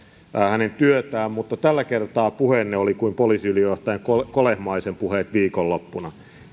hänen työtään mutta tällä kertaa puheenne oli kuin poliisiylijohtaja kolehmaisen puheet viikonloppuna